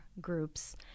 groups